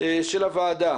של הוועדה